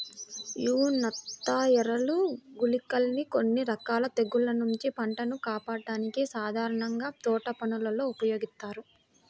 యీ నత్తఎరలు, గుళికలని కొన్ని రకాల తెగుల్ల నుంచి పంటను కాపాడ్డానికి సాధారణంగా తోటపనుల్లో ఉపయోగిత్తారు